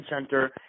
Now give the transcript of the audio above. Center